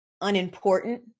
unimportant